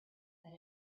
that